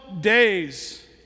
days